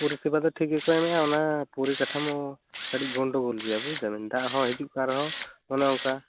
ᱯᱚᱨᱤᱥᱮᱵᱟ ᱫᱚ ᱴᱷᱤᱠ ᱜᱮᱠᱚ ᱮᱢᱮᱜᱼᱟ ᱚᱱᱟ ᱯᱚᱨᱤ ᱠᱟᱴᱷᱟᱢᱳ ᱠᱟᱹᱴᱤᱡ ᱜᱳᱱᱰᱳᱜᱳᱞ ᱜᱮᱭᱟ ᱵᱩᱡ ᱮᱫᱟᱵᱮᱱ ᱫᱟᱜ ᱦᱚᱸ ᱦᱤᱡᱩᱜ ᱠᱟᱱ ᱨᱮᱦᱚᱸ ᱚᱱᱮ ᱚᱱᱠᱟ